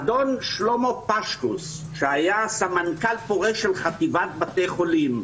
האדון שלמה פשקוס שהיה הסמנכ"ל הפורש של חטיבת בתי החולים,